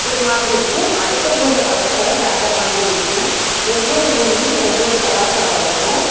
ஒரு மாதிரி இருக்கும் அடுத்த ஊரில் கலாச்சாரம் வேறு மாதிரி இருக்கும் ஒவ்வொரு ஊர்லையும் ஒவ்வொரு கலாச்சாரம் இருக்கும்